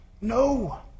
No